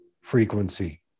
frequency